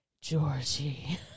Georgie